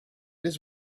his